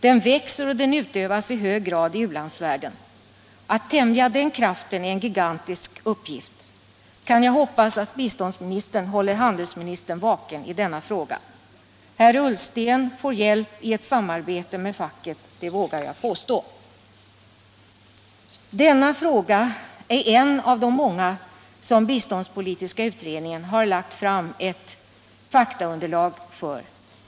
Den växer och den utövas i hög grad i u-landsvärlden. Att tämja den kraften är en gigantisk uppgift. Kan jag hoppas att biståndsministern håller handelsministern vaken i denna fråga? Heller Ullsten får hjälp i ett samarbete med facket, det vågar jag påstå. Denna fråga är en av de många som biståndspolitiska utredningen har lagt fram ett faktaunderlag för.